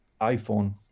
iPhone